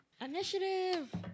Initiative